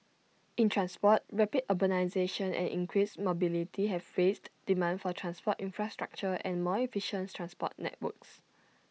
in transport rapid urbanisation and increased mobility have raised demand for transport infrastructure and more efficient transport networks